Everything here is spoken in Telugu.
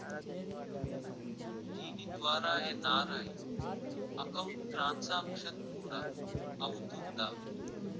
దీని ద్వారా ఎన్.ఆర్.ఐ అకౌంట్ ట్రాన్సాంక్షన్ కూడా అవుతుందా?